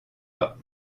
pas